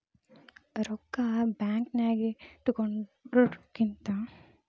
ರೊಕ್ಕಾ ಬ್ಯಾಂಕ್ ನ್ಯಾಗಿಡೊದ್ರಕಿಂತಾ ಬ್ಯಾರೆ ಕಡೆ ಅಂದ್ರ ಸ್ಟಾಕ್ ಇಲಾ ಮ್ಯುಚುವಲ್ ಫಂಡನ್ಯಾಗ್ ಇನ್ವೆಸ್ಟ್ ಮಾಡೊದ್ ಛಲೊ